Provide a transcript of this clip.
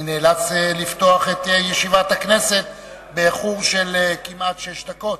את ישיבת הכנסת באיחור של כמעט שש דקות.